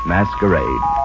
Masquerade